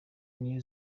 new